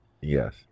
yes